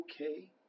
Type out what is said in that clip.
okay